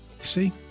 See